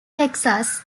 texas